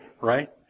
right